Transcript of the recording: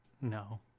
No